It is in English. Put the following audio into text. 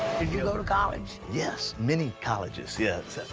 you know to college? yes, many colleges, yeah.